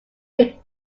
big